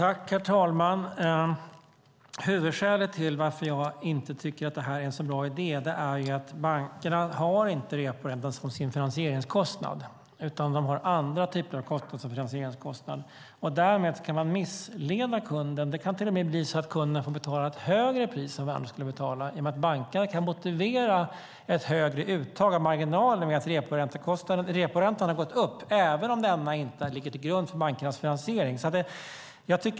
Herr talman! Huvudskälet till att jag inte tycker att det här är en så bra idé är ju att bankerna inte har reporäntan som sin finansieringskostnad, utan de har andra typer av kostnader som finansieringskostnad. Därmed kan man missleda kunden. Det kan till och med bli så att kunden får betala ett högre pris än han annars skulle ha gjort i och med att bankerna kan motivera ett högre uttag av marginaler med att reporäntan har gått upp, även om denna inte ligger till grund för bankernas finansiering.